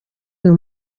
uyu